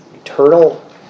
eternal